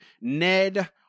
Ned